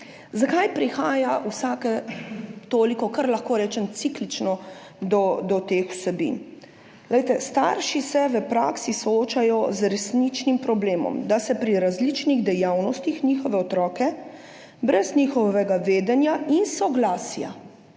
Zakaj prihaja vsake toliko, lahko rečem kar ciklično, do teh vsebin? starši se v praksi soočajo z resničnim problemom, da se pri različnih dejavnostih njihove otroke brez njihovega vedenja in soglasja